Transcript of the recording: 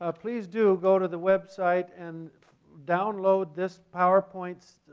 ah please do go to the website and download this powerpoint,